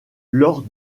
lors